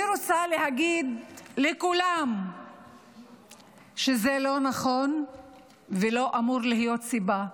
אני רוצה להגיד לכולם שזה לא נכון ולא אמור להיות סיבה,